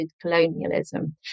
colonialism